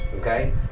okay